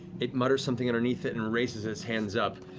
it mutters something underneath it and raises its hands up.